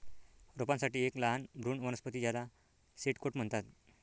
रोपांसाठी एक लहान भ्रूण वनस्पती ज्याला सीड कोट म्हणतात